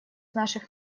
наших